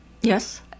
Yes